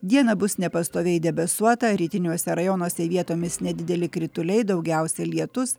dieną bus nepastoviai debesuota rytiniuose rajonuose vietomis nedideli krituliai daugiausia lietus